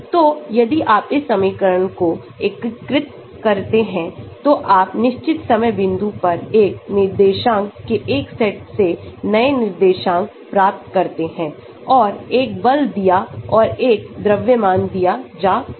तो यदि आप इस समीकरण को एकीकृत करते हैं तो आप निश्चित समय बिंदु पर एक निर्देशांक के एक सेट से नए निर्देशांक प्राप्तकरते हैं और एक बल दिया और एक द्रव्यमान दिया जा सकता है